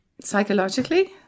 psychologically